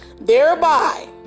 Thereby